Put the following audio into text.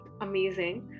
Amazing